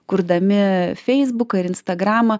kurdami feisbuką ir instagramą